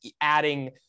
adding